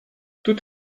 tout